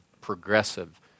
progressive